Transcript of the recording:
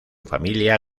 familia